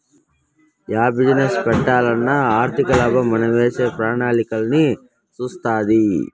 yeah business పెట్టాలన్నా ఆర్థికలాభం మనమేసే ప్రణాళికలన్నీ సూస్తాది